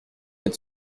être